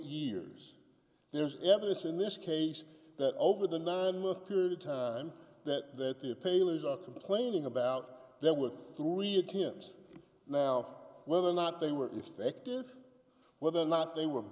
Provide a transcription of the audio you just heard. years there's evidence in this case that over the nine month period of time that the palays are complaining about there were three attempts now whether or not they were effective whether or not they were